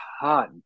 hot